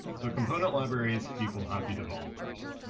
so component libraries equal happy developers,